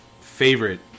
favorite